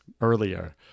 earlier